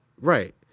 Right